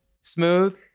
smooth